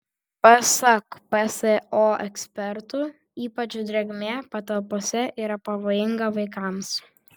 pasak pso ekspertų ypač drėgmė patalpose yra pavojinga vaikams